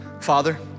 Father